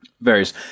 various